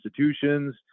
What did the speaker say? institutions